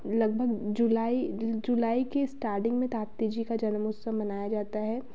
लग भग जुलाई जुलाई के स्टार्डिंग में ताप्ती जी का जन्म उत्सव मनाया जाता है